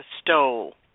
stole